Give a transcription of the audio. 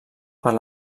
per